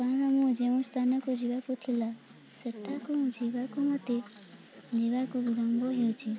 କାରଣ ମୁଁ ଯେଉଁ ସ୍ଥାନକୁ ଯିବାକୁ ଥିଲା ସେଠାକୁ ଯିବାକୁ ମୋତେ ଯିବାକୁ ବିଳମ୍ବ ହେଉଛି